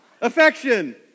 Affection